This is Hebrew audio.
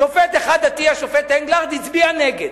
שופט אחד דתי, השופט אנגלרד, הצביע נגד,